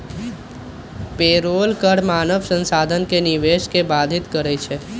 payroll कर मानव संसाधन में निवेश के बाधित करइ छै